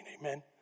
Amen